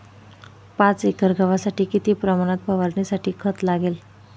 पाच एकर गव्हासाठी किती प्रमाणात फवारणीसाठी खत लागेल?